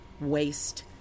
waste